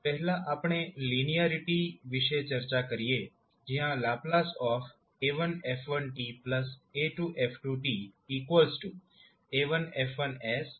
પહેલા આપણે લીનીયારીટી વિશે ચર્ચા કરીએ જ્યાં ℒ 𝑎1𝑓1𝑡𝑎2𝑓2𝑡 𝑎1𝐹1𝑠𝑎2𝐹2𝑠 છે